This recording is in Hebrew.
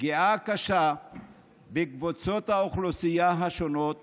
ופגיעה קשה בקבוצות אוכלוסייה שונות